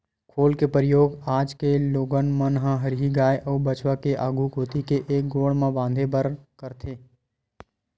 खोल के परियोग आज के लोगन मन ह हरही गाय अउ बछवा के आघू कोती के एक गोड़ म बांधे बर करथे